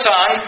Son